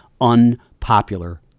unpopular